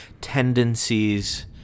tendencies